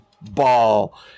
ball